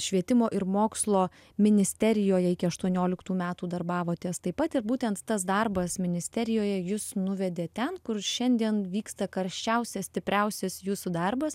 švietimo ir mokslo ministerijoje iki aštuonioliktų metų darbavotės taip pat ir būtent tas darbas ministerijoje jus nuvedė ten kur šiandien vyksta karščiausias stipriausias jūsų darbas